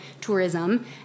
tourism